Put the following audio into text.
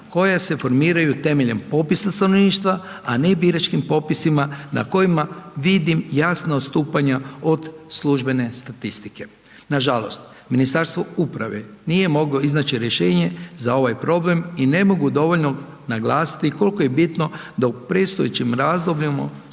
koje se formiraju temeljem popisa stanovništva, a ne biračkim popisima na kojima vidim jasno odstupanja od službene statistike. Nažalost, Ministarstvo uprave nije moglo iznaći rješenje za ovaj problem i ne mogu dovoljno naglasiti kolko je bitno da u predstojećim razdobljima